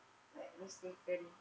like mistaken